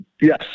Yes